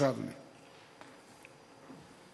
בבקשה, אדוני.